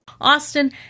Austin